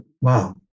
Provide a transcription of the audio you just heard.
wow